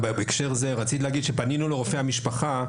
פנינו לרופאי המשפחה,